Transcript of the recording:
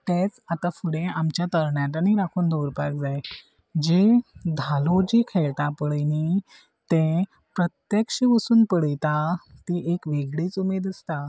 तेच आतां फुडें आमच्या तरणाट्यांनी राखून दवरपाक जाय जी धालो जी खेळटा पळय न्ही ते प्रत्यक्ष वसून पळयता ती एक वेगळीच उमेद आसता